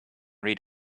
read